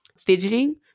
fidgeting